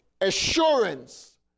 assurance